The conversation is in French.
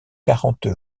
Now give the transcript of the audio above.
quarante